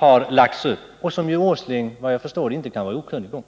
Bör inte detta läggas upp på samma sätt som den kampanjen har lagts upp — något som vad jag förstår Nils Åsling inte kan vara okunnig om?